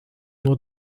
nur